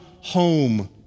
home